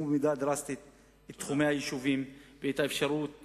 במידה דרסטית את תחומי היישובים ואת אפשרויות